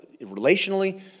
relationally